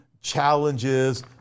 challenges